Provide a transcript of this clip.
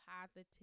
positive